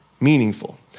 meaningful